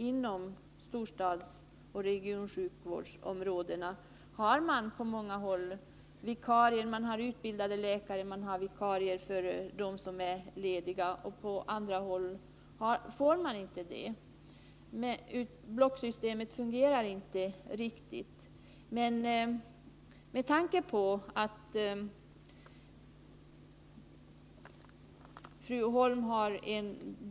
Inom storstadsoch regionsjukvårdsområdena har man på många håll utbildade läkare och man har vikarier för dem som är lediga, men på andra håll får man inte det. Blocksystemet fungerar inte riktigt. Men jag tycker det är bra att fru Holm har